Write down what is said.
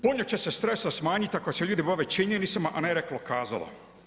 Puno će se stresa smanjit ako se ljudi bave činjenicama, a ne reklo kazalo.